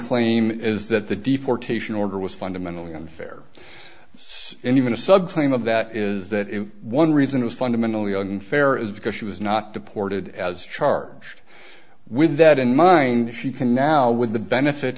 claim is that the deportation order was fundamentally unfair and even a sub claim of that is that one reason was fundamentally unfair is because she was not deported as charged with that in mind she can now with the benefit